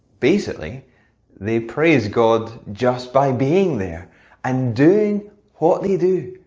basically they praise god just by being there and doing what they do!